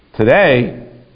Today